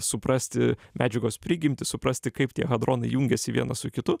suprasti medžiagos prigimtį suprasti kaip tie hadronai jungiasi vienas su kitu